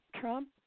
Trump